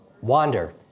Wander